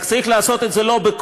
רק צריך לעשות את זה לא בכוח.